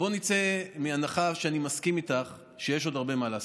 בואו נצא מהנחה שאני מסכים איתך שיש עוד הרבה מה לעשות,